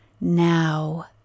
now